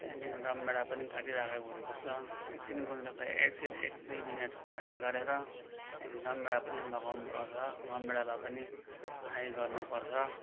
त्यहाँदेखि रमभेडा पनि काटिराखेको हुनु पर्छ एकछिन गुन्द्रुकलाई एकछिन एक दुई मिनट फ्राई गरेर त्यहाँदेखि रमभेडा पनि लगाउनु पर्छ रमभेडालाई पनि फ्राई गर्नु पर्छ